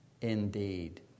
indeed